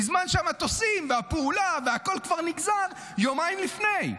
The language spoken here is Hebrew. בזמן שהמטוסים והפעולה והכול כבר נגזר יומיים לפני.